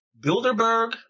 Bilderberg